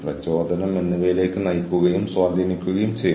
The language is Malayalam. ഈ മോഡലുകൾ ചർച്ചചെയ്യുന്നു ഇനിപ്പറയുന്ന മോഡലുകൾ ചർച്ചചെയ്യുന്നു